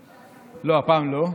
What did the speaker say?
לא, הפעם לא,